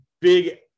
big